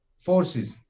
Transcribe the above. forces